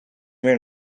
meer